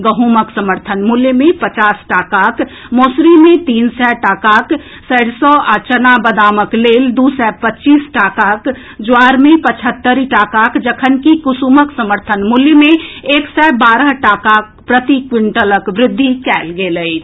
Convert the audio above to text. गहूंमक समर्थन मूल्य मे पचास टाकाक मसूरी मे तीन सय टाकाक सरिसो आ चनाक लेल दू सय पच्चीस टाकाक ज्वार मे पचहत्तरि टाकाक जखनकि कुसुमक समर्थनक मूल्य मे एक सय बारह टाकाक प्रति क्विंटलक वृद्धि कएल गेल अछि